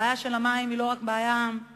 הבעיה של המים היא לא רק בעיה בישראל,